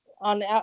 on